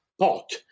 pot